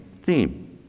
theme